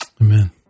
Amen